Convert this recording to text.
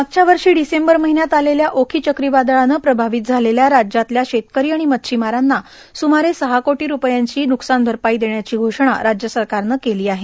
मागच्या वर्षी डिसेंबर महिन्यात आलेल्या ओखी चक्रीवादळाने प्रभावित मालेल्या राज्यातल्या शेतकरी आणि मच्छीमारांना सुमारे सहा कोटी रुपयांची नुकसानभरपाई देण्याची घोषणा राज्यसरकारनं केली आहे